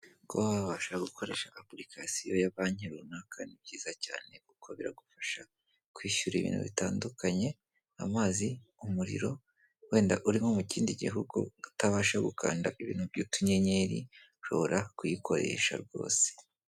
Kuba wabasha gukoresha apulikasiyo ya banki runaka ni byiza cyane kuko biragufasha kwishyura ibintu bitandukanye amazi, umuriro wenda uri nko mu kindi gihugu utabasha gukanda ibintu by'utunyenyeri ushobora kuyikoresha rwose.